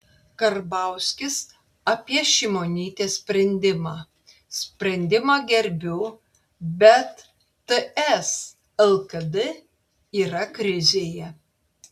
karbauskis apie šimonytės sprendimą sprendimą gerbiu bet ts lkd yra krizėje